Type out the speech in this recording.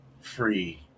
Free